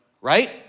right